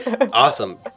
awesome